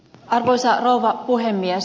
arvoisa rouva puhemies